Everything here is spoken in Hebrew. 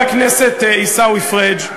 חבר הכנסת עיסאווי פריג'.